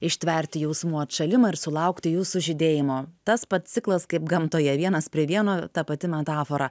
ištverti jausmų atšalimą ir sulaukti jų sužydėjimo tas pats ciklas kaip gamtoje vienas prie vieno ta pati metafora